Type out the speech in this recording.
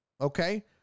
Okay